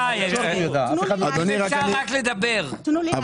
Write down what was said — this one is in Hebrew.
מציאות שמה